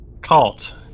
Cult